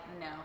no